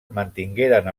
mantingueren